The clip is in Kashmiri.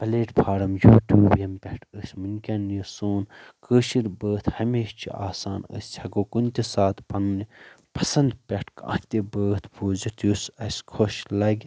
پلیٹ فارم یوٗٹیوٗب یم پیٹھ أسۍ وٕنکٮ۪ن یہِ سون کٲشِرۍ بٲھ ہمیشہٕ چھِ آسان أسۍ ہیٚکو کُنہِ تہِ ساتہٕ پننہِ پسند پیٹھ کانہہ تہِ بٲتھ بوٗزِتھ یُس اسہِ خۄش لگہِ